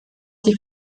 sich